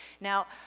Now